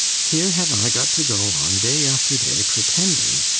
here have i got to go on day after day, pretending.